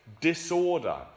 disorder